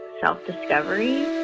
self-discovery